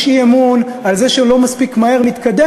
להגיש אי-אמון על זה שלא מספיק מהר מתקדם